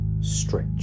stretch